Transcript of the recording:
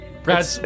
Brad